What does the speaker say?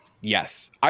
Yes